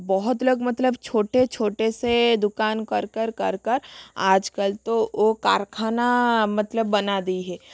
बहुत लोग मतलब छोटे छोटे से दुकान कर कर कर कर आजकल तो ओ कारखाना मतलब बना दी है